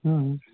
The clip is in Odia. ହଁଁ